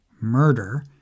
murder